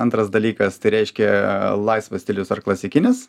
antras dalykas tai reiškia laisvas stilius ar klasikinis